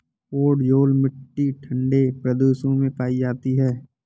podzol मिट्टी ठंडे प्रदेशों में पाई जाती है